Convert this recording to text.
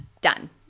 Done